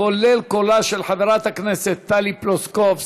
כולל קולה של חברת הכנסת טלי פלוסקוב,